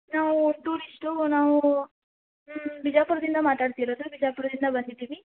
ನಾವು ಟೂರಿಸ್ಟು ನಾವು ಬಿಜಾಪುರದಿಂದ ಮಾತಾಡ್ತಿರೋದು ಬಿಜಾಪುರದಿಂದ ಬಂದಿದ್ದೀವಿ